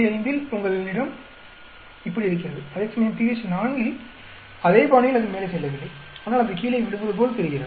5 இல் உங்களிடம் இப்படி இருக்கிறது அதேசமயம் pH 4 இல் அதே பாணியில் அது மேலே செல்லவில்லை ஆனால் அது கீழே விழுவது போல் தெரிகிறது